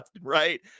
right